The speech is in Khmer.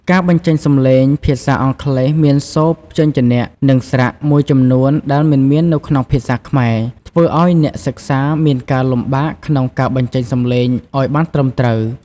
ការបញ្ចេញសំឡេង ភាសាអង់គ្លេសមានសូរព្យញ្ជនៈ និងស្រៈមួយចំនួនដែលមិនមាននៅក្នុងភាសាខ្មែរ ធ្វើឱ្យអ្នកសិក្សាមានការលំបាកក្នុងការបញ្ចេញសំឡេងឱ្យបានត្រឹមត្រូវ។